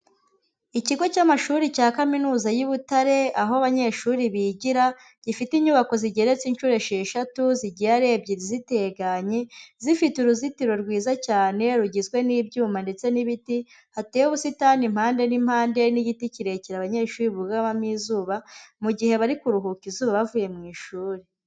Ikigo cy'amashuri cya Kaminuza y' i Butare aho abanyeshuri bigira gifite inyubako zigeretse inshuro esheshatu, zigiye ari ebyiri ziteganye, zifite uruzitiro rwiza cyane rugizwe n'ibyuma ndetse n'ibiti. Hateye ubusitani impande n'impande n'igiti kirekire abanyeshuri bugamamo izuba mu gihe barikuruhuka izuba bavuye mu ishuri.